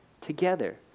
together